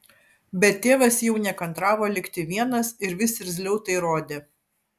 bet tėvas jau nekantravo likti vienas ir vis irzliau tai rodė